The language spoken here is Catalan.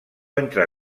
entre